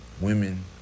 Women